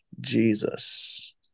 jesus